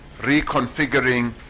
reconfiguring